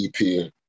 EP